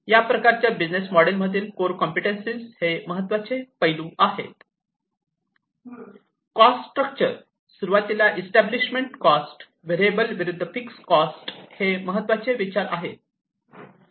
तर ह्या प्रकारच्या बिझनेस मॉडेल मधील कोर कॉम्पिटन्सीस चे हे महत्त्वाचे पैलू आहेत कॉस्ट स्ट्रक्चर सुरुवातीला एस्टॅब्लिशमेंट कॉस्ट व्हेरिएबल विरुद्ध फिक्सड कॉस्ट हे महत्त्वाचे विचार आहेत